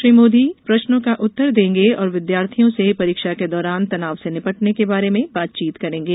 श्री मोदी प्रश्नो का उत्तर देंगे और विद्यार्थियों से परीक्षा के दौरान तनाव से निपटने के बारे में बातचीत करेंगे